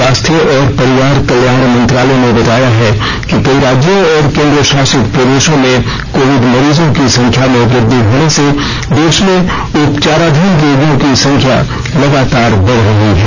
स्वास्थ्य और परिवार कल्याण मंत्रालय ने बताया है कि कई राज्यों और केन्द्रशासित प्रदेशों में कोविड मरीजों की संख्या में वृद्वि होने से देश में उपचाराधीन रोगियों की संख्या लगातार बढ़ रही है